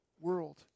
world